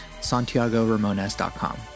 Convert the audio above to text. SantiagoRamones.com